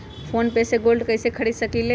Phone पे से gold कईसे खरीद सकीले?